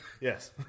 Yes